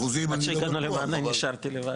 לצרכן הסופי.